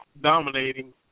dominating